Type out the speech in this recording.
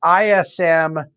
ISM